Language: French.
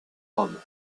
rome